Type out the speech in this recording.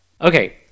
Okay